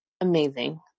amazing